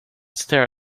stare